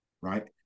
Right